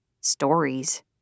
Stories